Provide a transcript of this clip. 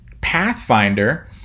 Pathfinder